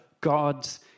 God's